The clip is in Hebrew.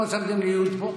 אז למה שמתם לי יו"ד פה?